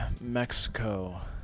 Mexico